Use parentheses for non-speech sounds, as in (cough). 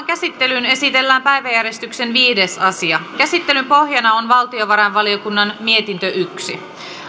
(unintelligible) käsittelyyn esitellään päiväjärjestyksen viides asia käsittelyn pohjana on valtiovarainvaliokunnan mietintö yksi